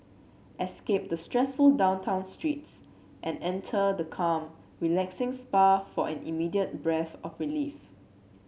escape the stressful downtown streets and enter the calm relaxing spa for an immediate breath of relief